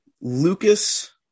Lucas